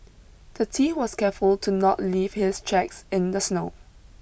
the tea was careful to not leave his tracks in the snow